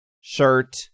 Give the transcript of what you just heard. shirt